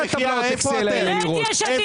תראה את יש עתיד